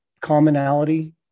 commonality